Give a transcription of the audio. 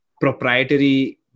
proprietary